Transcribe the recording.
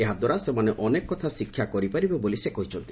ଏହାଦ୍ୱାରା ସେମାନେ ଅନେକ କଥା ଶିକ୍ଷା କରିପାରିବେ ବୋଲି ସେ କହିଛନ୍ତି